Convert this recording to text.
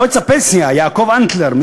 יועץ הפנסיה יעקב אנטלר,